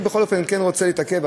אני בכל אופן כן רוצה להתעכב,